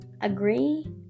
agree